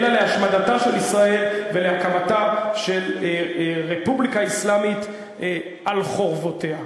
אלא להשמדתה של ישראל ולהקמתה של רפובליקה אסלאמית על חורבותיה.